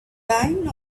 line